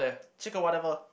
chicken whatever